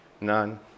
None